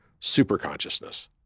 superconsciousness